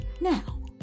Now